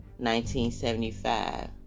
1975